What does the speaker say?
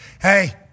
hey